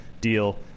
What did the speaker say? deal